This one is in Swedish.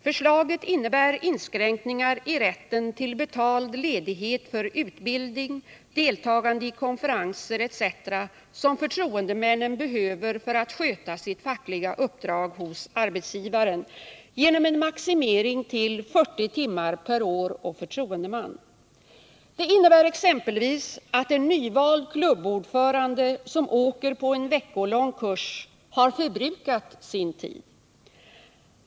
Förslaget innebär inskränkningar i rätten till betald ledighet för utbildning, deltagande i konferenser etc., som förtroendemännen behöver för att sköta sitt fackliga uppdrag hos arbetsgivaren, genom en maximering till 40 timmar per år och förtroendeman. Det innebär exempelvis att en nyvald klubbordförande, som åker på en veckolång kurs, har förbrukat sin tid.